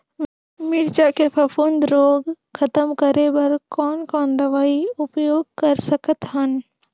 मिरचा के फफूंद रोग खतम करे बर कौन कौन दवई उपयोग कर सकत हन?